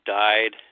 died